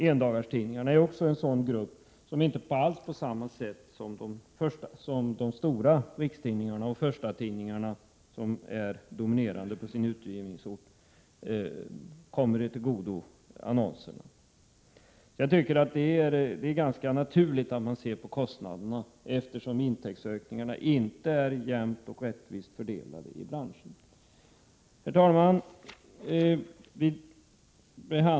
Endagarstidningarna är också en sådan grupp, som inte alls på samma sätt som de stora rikstidningarna och förstatidningarna, som dominerar på sin utgivningsort, kan tillgodoräkna sig annonserna. Det är alltså ganska naturligt att se på kostnaderna, eftersom intäktsökningarna inte är jämnt och rättvist fördelade i branschen. Herr talman!